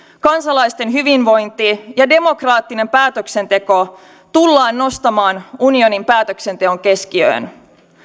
kansalaisten hyvinvointi ja demokraattinen päätöksenteko tullaan nostamaan unionin päätöksenteon keskiöön